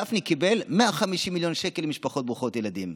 גפני קיבל 150 מיליון שקל למשפחות ברוכות ילדים.